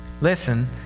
listen